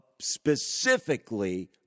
specifically